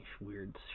weird